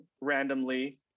randomly